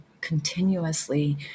continuously